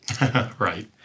Right